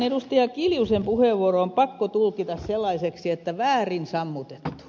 anneli kiljusen puheenvuoro on pakko tulkita sellaiseksi että väärin sammutettu